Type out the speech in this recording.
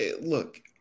look